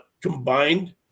combined